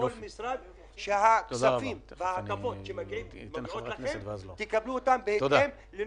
בכל משרד כדי שהכספים וההטבות שמגיעים לכם תקבלו אותם בהתאם.